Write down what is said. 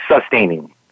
sustaining